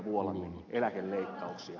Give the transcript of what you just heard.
vuolanne eläkeleikkauksia